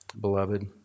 beloved